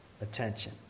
Attention